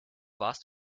warst